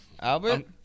Albert